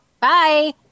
bye